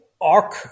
arc